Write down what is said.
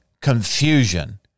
confusion